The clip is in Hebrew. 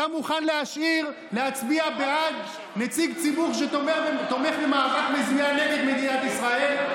אתה מוכן להצביע בעד נציג ציבור שתומך במאבק מזוין נגד מדינת ישראל?